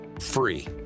free